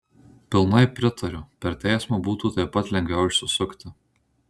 pilnai pritariu per teismą būtų taip pat lengviau išsisukti